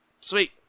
Sweet